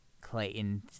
Clayton